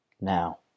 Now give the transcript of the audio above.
Now